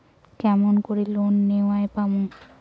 কেমন করি লোন নেওয়ার পামু?